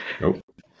Nope